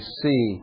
see